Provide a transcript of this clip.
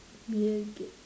bill-gate